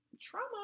Trauma